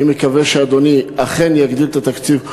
אני מקווה שאדוני אכן יגדיל את התקציב,